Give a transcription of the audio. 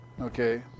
Okay